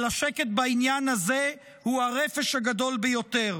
אבל השקט בעניין הזה הוא הרפש הגדול ביותר.